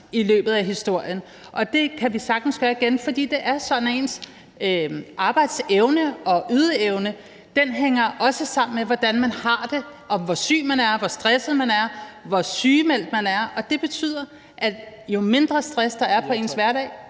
i løbet af historien, og det kan vi sagtens gøre igen, for det er sådan, at ens arbejdsevne og ydeevne også hænger sammen med, hvordan man har det, og hvor syg man er, og hvor stresset man er, og hvor sygemeldt man er. Og det betyder, at jo mindre stress der er i ens hverdag,